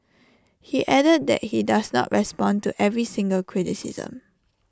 he added that he does not respond to every single criticism